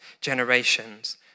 generations